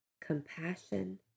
compassion